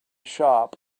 shop